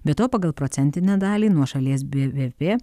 be to pagal procentinę dalį nuo šalies bvp